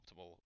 optimal